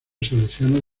salesianos